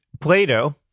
Play-Doh